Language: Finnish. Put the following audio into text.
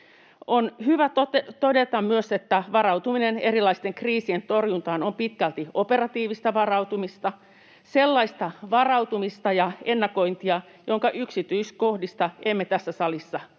On hyvä todeta myös, että varautuminen erilaisten kriisien torjuntaan on pitkälti operatiivista varautumista — sellaista varautumista ja ennakointia, jonka yksityiskohdista emme tässä salissa voi